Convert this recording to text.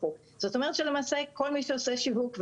זאת אומרת שלמעשה כל מי שעושה שיווק,